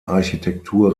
architektur